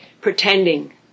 pretending